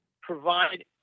provide